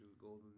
Golden